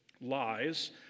lies